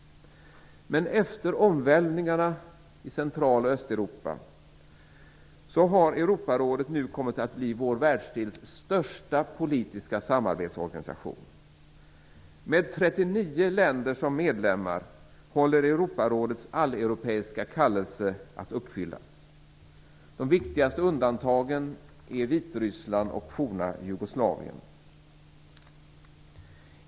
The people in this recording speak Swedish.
Efter omvälvningarna i Central och Östeuropa har Europarådet nu kommit att bli vår världsdels största politiska samarbetsorganisation. Med 39 länder som medlemmar håller Europarådets alleuropeiska kallelse på att uppfyllas. De viktigaste undantagen är Vitryssland och det forna Jugoslavien.